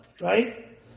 right